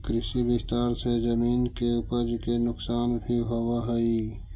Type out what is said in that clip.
कृषि विस्तार से जमीन के उपज के नुकसान भी होवऽ हई